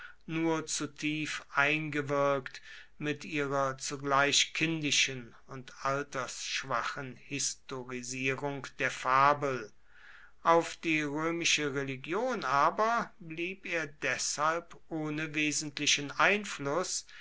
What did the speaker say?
nur zu tief eingewirkt mit ihrer zugleich kindischen und altersschwachen historisierung der fabel auf die römische religion aber blieb er deshalb ohne wesentlichen einfluß